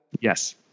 Yes